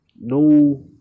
No